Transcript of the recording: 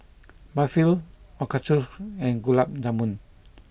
Barfi Ochazuke and Gulab Jamun